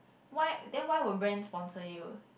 why then why would brand sponsor you